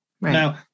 Now